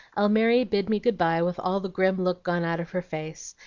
almiry bid me good-by with all the grim look gone out of her face,